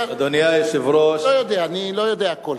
לא יודע, אני לא יודע הכול.